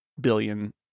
billion